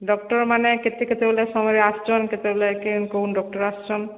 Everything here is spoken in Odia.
ଡକ୍ଟର୍ ମାନେ କେତେ କେତେବେଳେ ସମୟରେ ଆସୁଛନ୍ କେତେବେଳେ କେନ୍ କେଉଁ ଡକ୍ଟର୍ ଆସୁଛନ୍